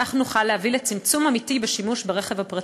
כך נוכל להוביל לצמצום אמיתי בשימוש ברכב הפרטי,